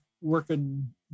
working